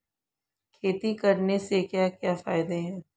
खेती करने से क्या क्या फायदे हैं?